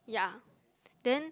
yeah then